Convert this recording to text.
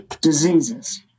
Diseases